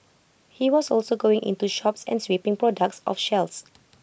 he was also going into shops and sweeping products off shelves